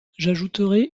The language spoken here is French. j’ajouterai